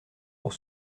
pour